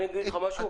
אני אגיד לך משהו?